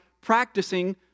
practicing